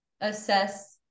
assess